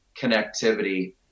connectivity